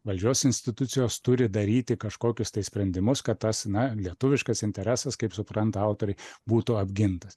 valdžios institucijos turi daryti kažkokius sprendimus kad tas na lietuviškas interesas kaip supranta autoriai būtų apgintas